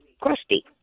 crusty